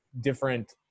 different